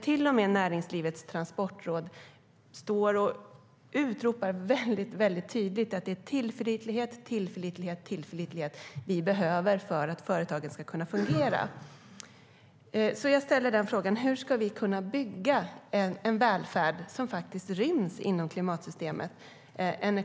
Till och med Näringslivets Transportråd utropar väldigt tydligt att det är tillförlitlighet, tillförlitlighet och tillförlitlighet vi behöver för att företagen ska kunna fungera.